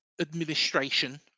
administration